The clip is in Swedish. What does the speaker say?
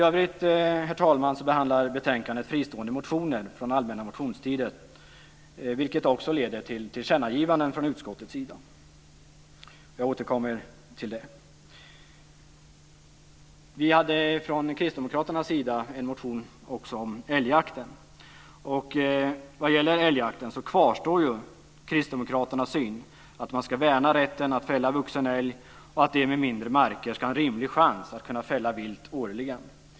I övrigt, herr talman, behandlar betänkandet fristående motioner från allmänna motionstiden, vilket också leder till tillkännagivanden från utskottets sida. Jag återkommer till dessa. Vi kristdemokrater hade en motion också om älgjakten. Vad gäller älgjakten kvarstår kristdemokraternas syn att man ska värna rätten att fälla vuxen älg och att de med mindre marker ska ha rimlig chans att fälla vilt årligen.